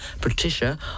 Patricia